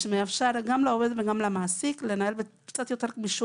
ומאפשר גם לעובד וגם למעסיק לנהל את החיים באופן יותר גמיש,